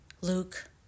Luke